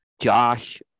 Josh